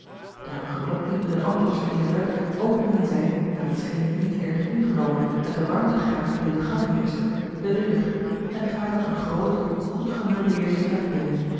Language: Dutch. hun geklop niet met een antwoord vereerd werd openden zij naar het scheen niet erg ingenomen met den warmtegraad die in den gang heerschte george een ongeluksvogel de deur en traden een groot goed gemeubeld vertrek binnen